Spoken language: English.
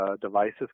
devices